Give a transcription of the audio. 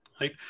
Right